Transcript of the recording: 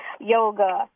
yoga